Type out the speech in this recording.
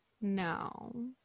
no